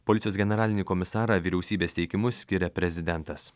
policijos generalinį komisarą vyriausybės teikimu skiria prezidentas